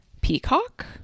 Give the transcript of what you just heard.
peacock